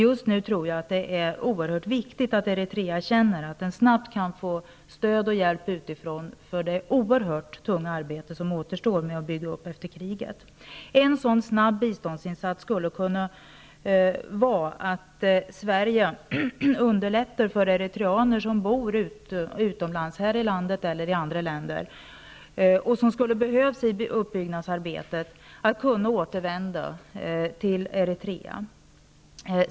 Jag tror att det just nu är mycket viktigt att Eritrea känner att landet kan få stöd och hjälp utifrån för det oerhört tunga arbete som återstår vid återuppbyggnaden efter kriget. En sådan här snabb biståndsinsats skulle kunna bestå i att Sverige underlättar för eritreaner vilka bor utanför sitt land -- i Sverige eller i andra länder -- och som skulle behövas i återuppbyggnadsarbetet att kunna återvända till Eritrea.